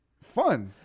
fun